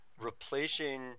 replacing